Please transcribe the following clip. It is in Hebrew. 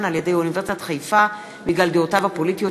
על-ידי אוניברסיטת חיפה בגלל דעותיו הפוליטיות,